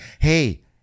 Hey